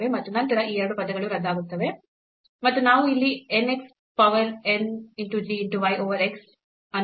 ಮತ್ತು ನಂತರ ಈ 2 ಪದಗಳು ರದ್ದಾಗುತ್ತವೆ ಮತ್ತು ನಾವು ಇಲ್ಲಿ n x power n g y over x ಅನ್ನು ಹೊಂದಿದ್ದೇವೆ